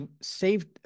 saved